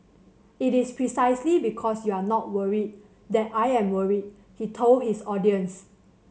it is precisely because you are not worried that I am worried he told his audience